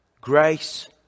grace